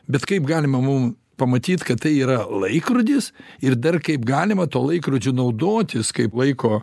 bet kaip galima mum pamatyt kad tai yra laikrodis ir dar kaip galima tuo laikrodžiu naudotis kaip laiko